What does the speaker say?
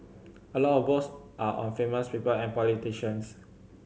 a lot of books are on famous people and politicians